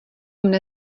mne